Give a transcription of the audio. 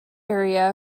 area